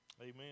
Amen